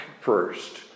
first